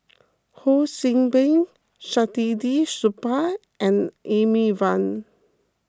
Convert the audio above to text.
Ho See Beng Saktiandi Supaat and Amy Van